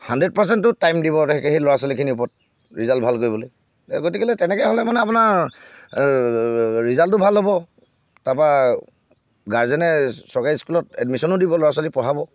hundred পাৰ্চেণ্টো time দিব তেতিয়া সেই ল'ৰা ছোৱালীখিনিৰ ওপৰত ৰিজাল্ট ভাল কৰিবলৈ গতিকেলৈ তেনেকৈ হ'লে মানে আপোনাৰ ৰিজাল্টটো ভাল হ'ব তাৰপৰা গাৰ্জেনে চৰকাৰী স্কুলত এডমিশ্যনো দিব ল'ৰা ছোৱালী পঢ়াব